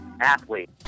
Athlete